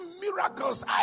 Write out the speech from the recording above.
miracles